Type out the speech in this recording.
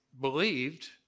believed